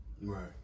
Right